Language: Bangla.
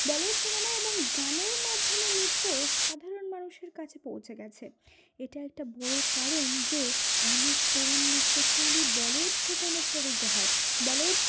বলিউড সিনেমা এবং গানের মাধ্যমে নৃত্য সাধারণ মানুষের কাছে পৌঁছে গেছে এটা একটা বড় কারণ যে অনেক তরুণ নৃত্যশৈলী বলিউড থেকে অনুপ্রাণিত হয় বলিউড